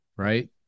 Right